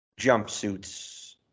jumpsuits